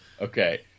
Okay